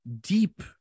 deep